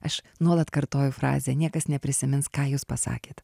aš nuolat kartoju frazę niekas neprisimins ką jūs pasakėt